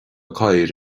cathaoir